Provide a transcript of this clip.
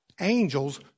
angels